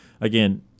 again